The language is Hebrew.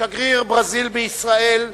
שגריר ברזיל בישראל,